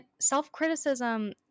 self-criticism